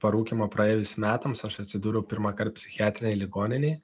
parūkymo praėjus metams aš atsidūriau pirmąkart psichiatrinėj ligoninėj